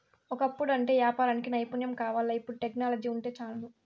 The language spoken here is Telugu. ఒకప్పుడంటే యాపారానికి నైపుణ్యం కావాల్ల, ఇపుడు టెక్నాలజీ వుంటే చాలును